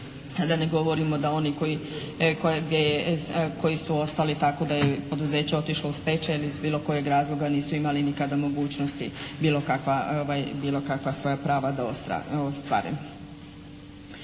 da oni koji, koje, gdje je, koji su ostali tako da je poduzeće otišlo u stečaj ili iz bilo kojeg razloga nisu imali nikada mogućnosti bilo kakva, bilo kakva svoja prava da ostvare.